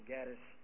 Gaddis